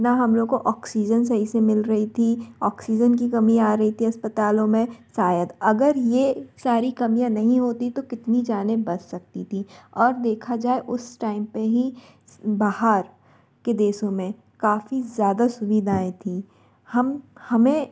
ना हम लोगों को ऑक्सीज़न सही से मिल रही थी ऑक्सीज़न की कमी आ रही थी अस्पतालों में शायद अगर ये सारी कमियां नहीं होती तो कितनी जाने बच सकती थीं और देखा जाए उस टाइम पर ही बाहर के देशों में काफ़ी ज़्यादा सुविधाएं थी हम हमें